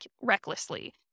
recklessly